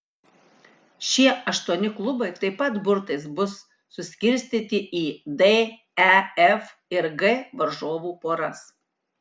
šie aštuoni klubai taip pat burtais bus suskirstyti į d e f ir g varžovų poras